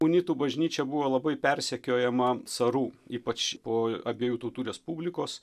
unitų bažnyčia buvo labai persekiojama carų ypač po abiejų tautų respublikos